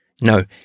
no